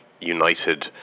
united